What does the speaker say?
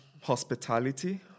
Hospitality